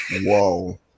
Whoa